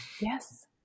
yes